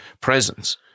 presence